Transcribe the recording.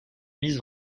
mises